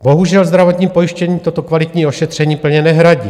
Bohužel, zdravotní pojištění toto kvalitní ošetření plně nehradí.